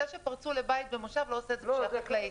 זה שפרצו לבית במושב לא עושה את זה פשיעה חקלאית.